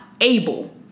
able